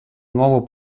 nuovo